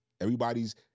everybody's